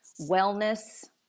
wellness